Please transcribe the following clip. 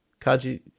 Kaji